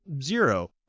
zero